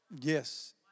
Yes